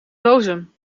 dozen